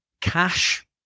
cash